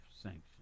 sanctions